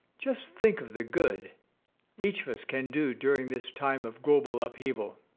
just think of the good each of us can do during this time of global upheaval.